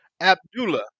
Abdullah